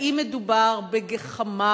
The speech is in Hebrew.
האם מדובר בגחמה?